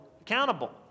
accountable